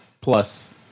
plus